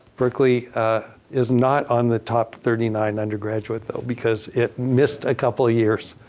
berkeley is not on the top thirty nine undergraduate though, because it missed a couple of years.